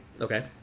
okay